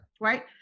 right